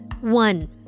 One